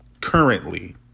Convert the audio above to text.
currently